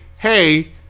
Hey